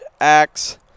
axe